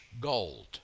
Gold